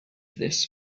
this